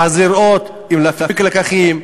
ואז לראות אם להפיק לקחים,